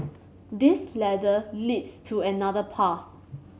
this ladder leads to another path